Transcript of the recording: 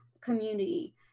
community